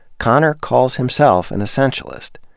konner calls himself an essentialist.